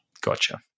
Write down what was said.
Gotcha